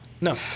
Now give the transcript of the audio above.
No